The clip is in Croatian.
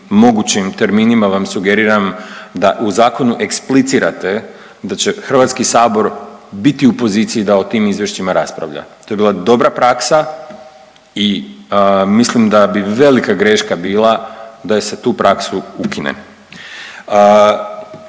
mogućim terminima vam sugeriram da u zakonu eksplicirate da će Hrvatski sabor biti u poziciji da o tim izvješćima raspravlja. To je bila dobra praksa i mislim da bi velika greška bila da se tu praksu ukine.